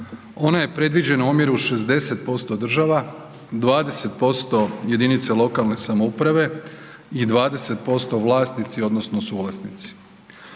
Ona je predviđena u omjeru 60% država, 20% jedinica lokalne samouprave i 20% vlasnici odnosno suvlasnici.